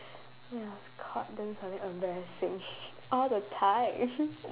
when I was caught doing something embarrassing all the time